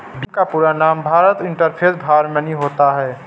भीम का पूरा नाम भारत इंटरफेस फॉर मनी होता है